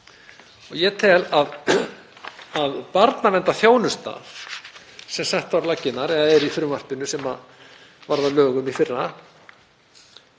Ég tel að barnaverndarþjónusta sem sett var á laggirnar með frumvarpinu sem varð að lögum í fyrra